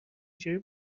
جوری